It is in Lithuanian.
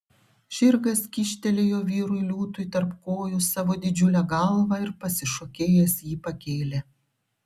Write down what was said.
žirgas kyštelėjo vyrui liūtui tarp kojų savo didžiulę galvą ir pasišokėjęs jį pakėlė